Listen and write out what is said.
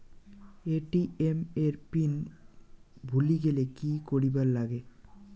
ATM এর PIN ভুলি গেলে কি করিবার লাগবে?